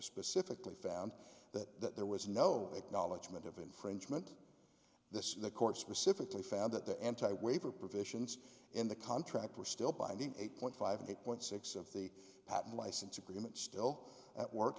specifically found that there was no acknowledgment of infringement this is the core specifically found that the anti waiver provisions in the contract were still binding eight point five eight point six of the patent license agreement still at work